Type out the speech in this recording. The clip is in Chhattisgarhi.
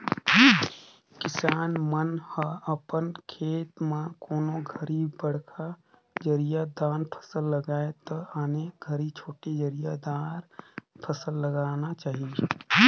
किसान मन ह अपन खेत म कोनों घरी बड़खा जरिया दार फसल लगाये त आने घरी छोटे जरिया दार फसल लगाना चाही